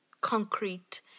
concrete